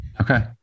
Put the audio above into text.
Okay